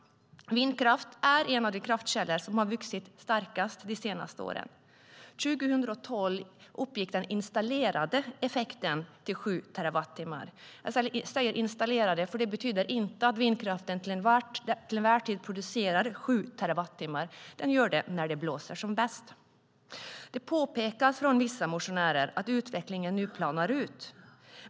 Vindkraft är en av de kraftkällor som har vuxit mest de senaste åren. År 2012 uppgick den installerade effekten till 7 terawattimmar. Jag säger "installerade", för det innebär inte att vindkraften alltid producerar 7 terawattimmar; den gör det när det blåser som bäst. Det påpekas från vissa motionärer att utvecklingen nu planar ut.